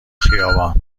خیابان